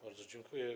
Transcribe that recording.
Bardzo dziękuję.